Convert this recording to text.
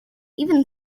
even